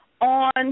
on